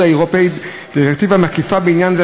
האירופי דירקטיבה מקיפה בעניין זה,